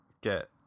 get